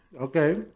Okay